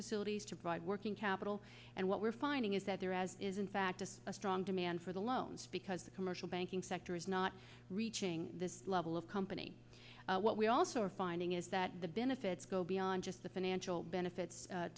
facilities to broad working cap and what we're finding is that there as is in fact a strong demand for the loans because commercial banking sector is not reaching this level of company what we also are finding is that the benefits go beyond just the financial benefits